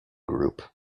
group